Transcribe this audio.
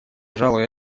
пожалуй